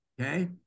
Okay